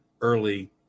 early